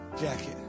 jacket